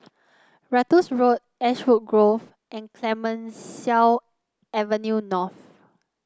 Ratus Road Ashwood Grove and Clemenceau Avenue North